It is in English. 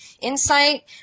insight